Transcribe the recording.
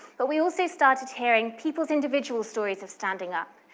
but we also started hearing people's individual stories of standing up,